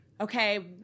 okay